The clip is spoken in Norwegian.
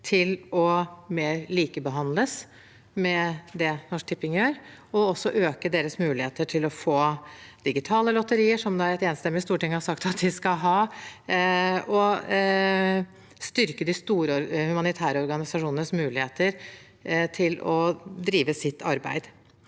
til å likebehandles mer med det Norsk Tipping gjør, øke deres muligheter til å få digitale lotterier, som et enstemmig storting har sagt at de skal ha, og styrke de store humanitære organisasjonenes muligheter til å drive sitt arbeid.